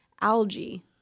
algae